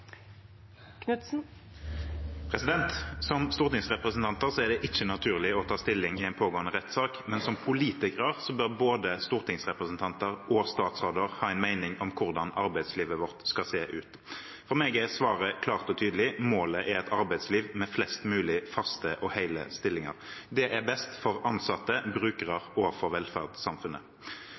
det ikke naturlig å ta stilling i en pågående rettssak. Men som politikere bør både stortingsrepresentanter og statsråder ha en mening om hvordan arbeidslivet vårt skal se ut. For meg er svaret klart og tydelig: Målet er et arbeidsliv med flest mulige faste og hele stillinger. Det er best for de ansatte, for brukerne og for velferdssamfunnet.